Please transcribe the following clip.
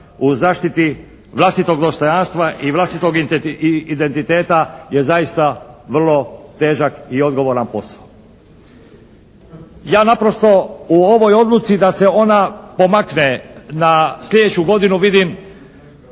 u zaštiti vlastitog dostojanstva i vlastitog identiteta je zaista vrlo težak i odgovoran posao. Ja naprosto u ovoj odluci da se ona pomakne na slijedeću godinu vidim